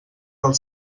del